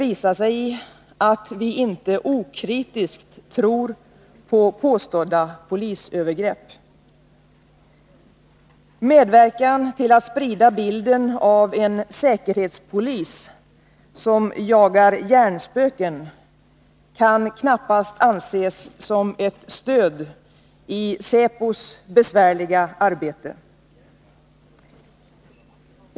visa sig i att vi inte okritiskt tror på påstådda polisövergrepp. Medverkan till att sprida bilden av en säkerhetspolis som jagar hjärnspöken kan knappast anses som ett stöd i säpos besvärliga arbete.